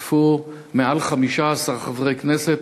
השתתפו מעל 15 חברי כנסת,